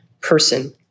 person